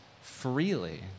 freely